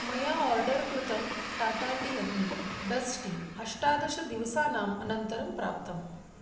मया ओर्डर् कृतं Tata tea Agni dust tea अष्टादशदिवसानाम् अनन्तरं प्राप्तम्